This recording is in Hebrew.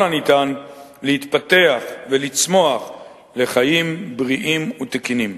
הניתן להתפתח ולצמוח לחיים בריאים ותקינים.